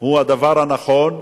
היא הדבר הנכון,